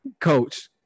Coach